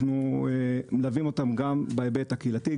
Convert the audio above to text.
אנחנו מלווים אותם גם בהיבט הקהילתי,